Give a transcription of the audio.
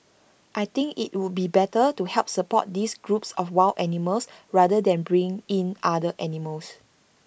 I think IT would be better to help support these groups of wild animals rather than bring in other animals